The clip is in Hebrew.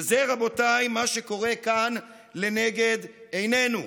וזה, רבותיי, מה שקורה כאן לנגד עינינו: